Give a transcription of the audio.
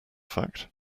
fact